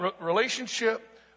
Relationship